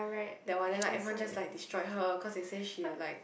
that one then like everyone just like destroyed her cause they say she like